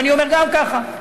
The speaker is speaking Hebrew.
ואני אומר גם כך,